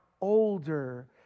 older